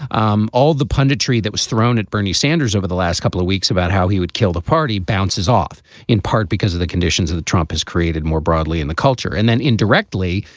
um all the punditry that was thrown at bernie sanders over the last couple of weeks about how he would kill the party bounces off in part because of the conditions of the trump has created more broadly in the culture. and then indirectly,